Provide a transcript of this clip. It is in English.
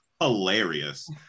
hilarious